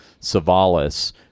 Savalis